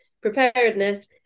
preparedness